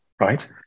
right